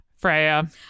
Freya